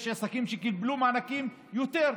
יש עסקים שקיבלו מענקי יתר,